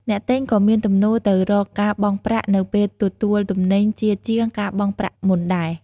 អ្នកទិញក៏មានទំនោរទៅរកការបង់ប្រាក់នៅពេលទទួលទំនិញជាជាងការបង់ប្រាក់មុនដែរ។